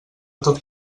tot